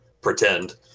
pretend